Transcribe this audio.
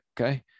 okay